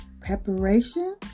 preparation